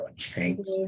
Thanks